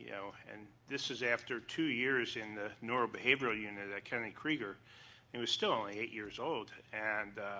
you know and this is after two years in the neural beaieverrial unit at kennedy creeinger and he was so only eight years old and